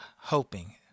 hoping